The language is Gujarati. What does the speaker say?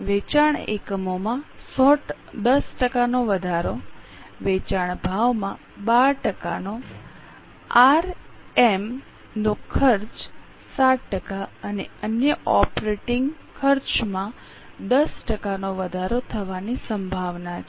વેચાણ એકમોમાં 10 ટકાનો વધારો વેચાણ ભાવમાં 12 ટકાનો આરએમ નો ખર્ચ 7 ટકા અને અન્ય ઓપરેટિંગ ખર્ચમાં 10 ટકાનો વધારો થવાની સંભાવના છે